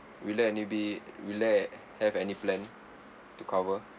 will there any be will there have any plan to cover